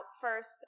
first